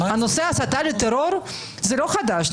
נושא ההסתה לטרור זה לא חדש.